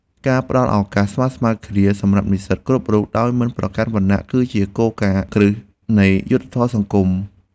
ការផ្តល់ឱកាសស្មើៗគ្នាសម្រាប់និស្សិតគ្រប់រូបដោយមិនប្រកាន់វណ្ណៈគឺជាគោលការណ៍គ្រឹះនៃយុត្តិធម៌សង្គម។